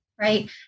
right